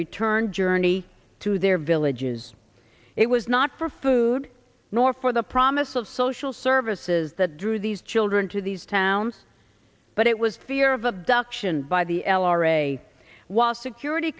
return journey to their villages it was not for food nor for the promise of social services that drew these children to these towns but it was fear of abduction by the l r a while security